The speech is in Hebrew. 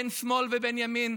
בין שמאל ובין ימין,